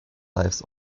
lives